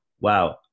wow